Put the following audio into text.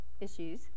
issues